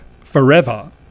forever